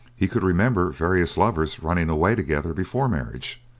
he could remember various lovers running away together before marriage,